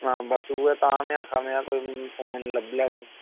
हां बस उ'यै तां मैं आक्खै मैं कोई फोन लब्भी लै